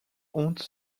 honte